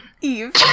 eve